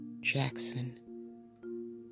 Jackson